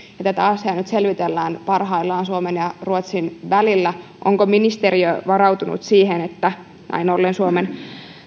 ja tätä asiaa nyt selvitellään parhaillaan suomen ja ruotsin välillä onko ministeriö varautunut siihen että näin ollen suomen